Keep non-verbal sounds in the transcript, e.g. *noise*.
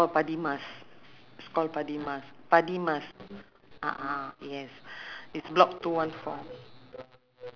ah ya and then another one she open near my place *laughs* uh jurong east street twenty one nearer for you lah